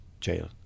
jail